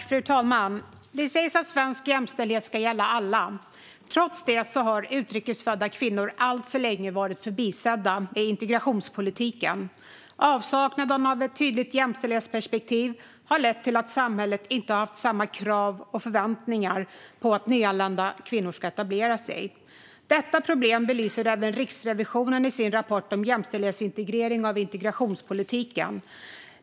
Fru talman! Det sägs att svensk jämställdhet ska gälla alla. Trots det har utrikes födda kvinnor alltför länge varit förbisedda i integrationspolitiken. Avsaknaden av ett tydligt jämställdhetsperspektiv har lett till att samhället inte har haft samma krav och förväntningar på att nyanlända kvinnor ska etablera sig. Detta problem belyser även Riksrevisionen i sin rapport om jämställdhetsintegrering av integrationspolitiken.